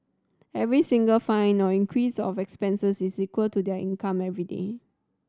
every single fine or increase of expenses is equal to their income everyday